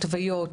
התוויות,